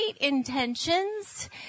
intentions